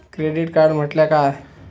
Credit card म्हटल्या काय?